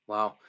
Wow